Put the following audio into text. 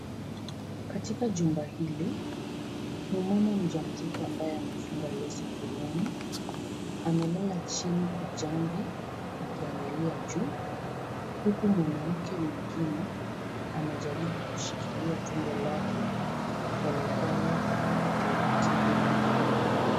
Katika jumba hili, mama mjamzito ambaye amefunga leso kiunoni, amelala chini kwa jamvi akiangalia juu, huku mwanamke mwigine, anajaribu kushikilia tumbo lake, pole pole kwa taratibu mno .